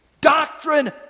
Doctrine